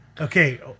Okay